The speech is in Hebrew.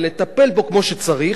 ולטפל בו כמו שצריך,